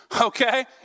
Okay